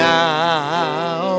now